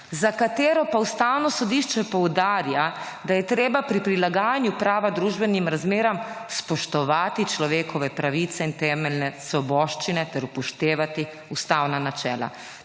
za katero pa Ustavno sodišče poudarja, da je treba pri prilagajanju prava družbenim razmeram spoštovati človekove pravice in temeljne svoboščine ter upoštevati ustavna načela